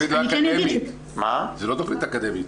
אני כן אגיד ש- -- זו לא תכנית אקדמית.